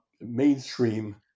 mainstream